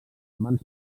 mans